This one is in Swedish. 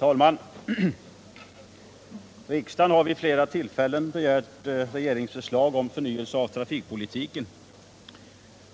Herr talman! Riksdagen har vid flera tillfällen begärt regeringsförslag om förnyelse av trafikpolitiken.